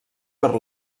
per